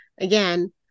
again